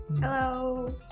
Hello